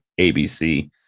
ABC